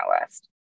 list